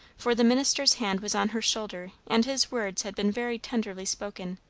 for the minister's hand was on her shoulder and his words had been very tenderly spoken